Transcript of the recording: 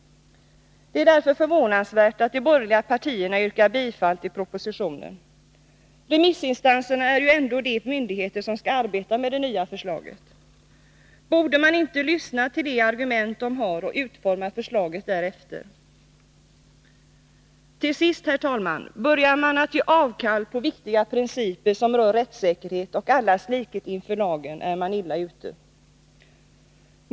Det är därför förvånansvärt att de borgerliga partierna yrkar bifall till propositionen. Remissinstanserna är ju ändå de myndigheter som skall arbeta med det nya förslaget. Borde man inte lyssna till de argument de har och utforma förslaget därefter? Herr talman! Börjar man att ge avkall på viktiga principer som rör rättssäkerhet och allas likhet inför lagen är man illa ute.